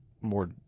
more